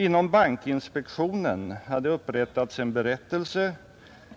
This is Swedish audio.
Inom bankinspektionen hade upprättats en berättelse